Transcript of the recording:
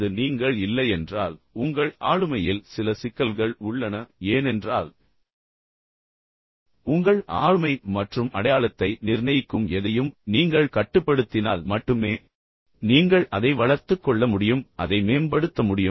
அது நீங்கள் இல்லையென்றால் உங்கள் ஆளுமையில் சில சிக்கல்கள் உள்ளன ஏனென்றால் உங்கள் ஆளுமை மற்றும் அடையாளத்தை நிர்ணயிக்கும் எதையும் நீங்கள் கட்டுப்படுத்தினால் மட்டுமே நீங்கள் அதை வளர்த்துக் கொள்ள முடியும் அதை மேம்படுத்த முடியும்